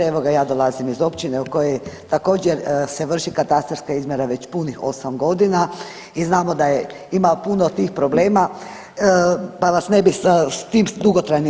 Evo ga ja dolazim iz općine u kojoj također se vrši katastarska izmjera već punih 8 godina i znamo da ima puno tih problema, pa vas ne bih s tim dugotrajnim.